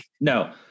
No